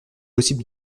possible